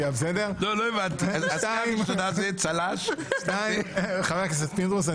לא הבנתי -- צל"ש --- חבר הכנסת פינדרוס,